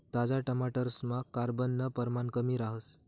ताजा टमाटरसमा carbon परमाण कमी रहास